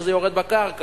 שזה יורד בקרקע,